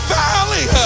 valley